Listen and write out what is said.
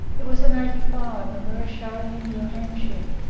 it was in eighty five, and we were showing in new hampshire.